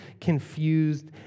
confused